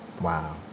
Wow